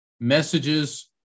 Messages